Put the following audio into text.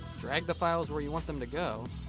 drag the files where you want them to go,